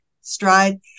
Stride